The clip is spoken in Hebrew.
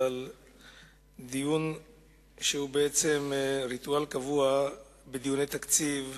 דיון שהוא בעצם ריטואל קבוע בדיוני התקציב.